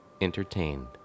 entertained